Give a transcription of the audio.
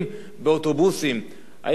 האם כותרות העיתונים היו אותו דבר?